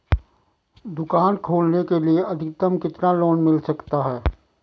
दुकान खोलने के लिए अधिकतम कितना लोन मिल सकता है?